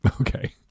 okay